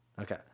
Okay